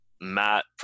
Matt